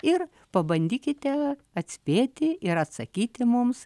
ir pabandykite atspėti ir atsakyti mums